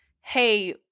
hey